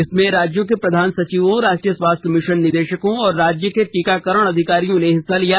इसमें राज्यों के प्रधान सचिवों राष्ट्रीय स्वास्थ्य मिशन निदेशकों और राज्यों के टीकाकरण अधिकारियों ने हिस्सा लिया